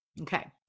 Okay